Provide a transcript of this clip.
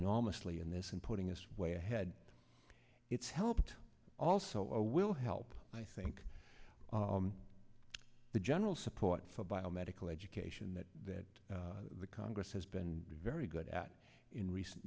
enormously in this in putting us way ahead it's helped also or will help i think the general support for biomedical education that that the congress has been very good at in recent